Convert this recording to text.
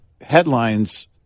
headlines